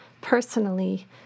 personally